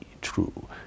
true